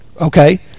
Okay